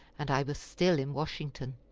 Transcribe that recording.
and i was still in washington.